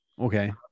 Okay